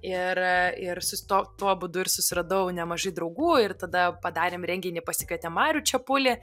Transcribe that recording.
ir ir sus tuo tuo būdu ir susiradau nemažai draugų ir tada padarėm renginį pasikvietėm marių čepulį